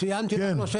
כי זה הנושא